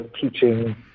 teaching